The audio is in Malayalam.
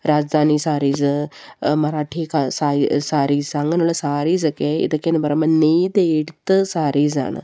രാജ്ധാനി സാരീസ് മറാഠി സാരീസ് അങ്ങനെയുള്ള സാരീസൊക്കെ ഇതൊക്കെയെന്ന് പറയുമ്പോള് നെയ്തെടുത്ത സാരീസാണ്